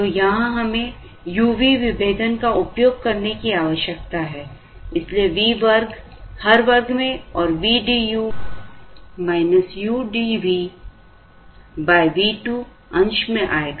तो यहाँ हमें u v विभेदन का उपयोग करने की आवश्यकता है इसलिए v वर्ग हर वर्ग में और vdu udv v2 अंश में आएगा